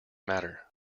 matter